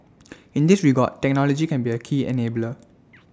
in this regard technology can be A key enabler